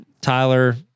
Tyler